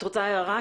את רוצה הערה?